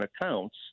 accounts